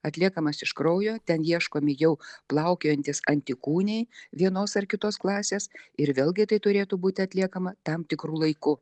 atliekamas iš kraujo ten ieškomi jau plaukiojantys antikūniai vienos ar kitos klasės ir vėlgi tai turėtų būti atliekama tam tikru laiku